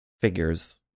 figures